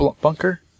bunker